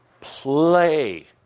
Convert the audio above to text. play